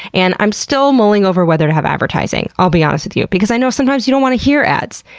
and i'm still mulling over whether to have advertising, i'll be honest with you, because i know sometimes you don't want to hear ads,